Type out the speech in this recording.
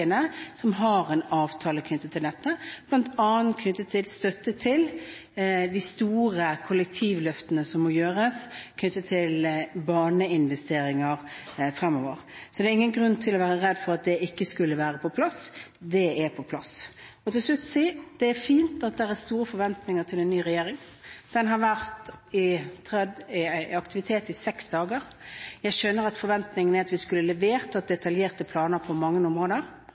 partiene som har en avtale knyttet til dette, bl.a. i forbindelse med støtte til de store kollektivløftene som må gjøres knyttet til baneinvesteringer fremover. Så det er ingen grunn til å være redd for at det ikke skulle være på plass – det er på plass. Så vil jeg til slutt si: Det er fint at det er store forventninger til en ny regjering. Den har vært i aktivitet i seks dager. Jeg skjønner at forventningene er at vi skulle ha levert, at vi skulle hatt detaljerte planer på mange områder,